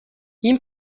این